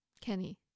Kenny